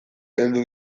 heldu